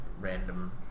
random